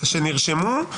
שנרשמו.